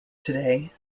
today